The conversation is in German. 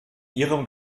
ihrem